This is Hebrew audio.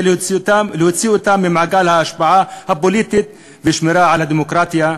להוציא אותם ממעגל ההשפעה הפוליטית והשמירה על הדמוקרטיה,